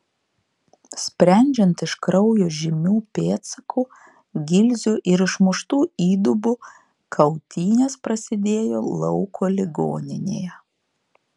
sprendžiant iš kraujo žymių pėdsakų gilzių ir išmuštų įdubų kautynės prasidėjo lauko ligoninėje